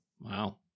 Wow